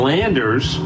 Landers